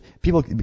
People